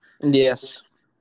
yes